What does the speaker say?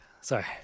sorry